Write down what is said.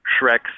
Shrek